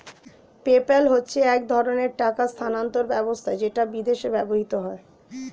PayPal হচ্ছে এক ধরণের টাকা স্থানান্তর ব্যবস্থা যেটা বিদেশে ব্যবহৃত হয়